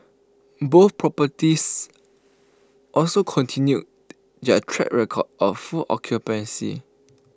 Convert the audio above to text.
both properties also continued their track record of full occupancy